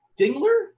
dingler